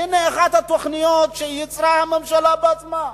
הנה אחת התוכניות שייצרה הממשלה בעצמה,